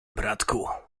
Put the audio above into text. bratku